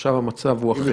עכשיו, המצב אחר.